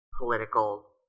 political